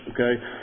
okay